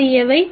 அவை எவை